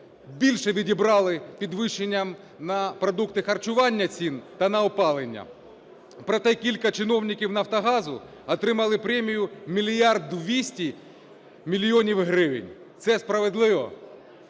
більше відібрали підвищенням на продукти харчування цін та на опалення, проте кілька чиновників "Нафтогазу" отримали премію 1 мільярд 200 мільйонів гривень. Це справедливо?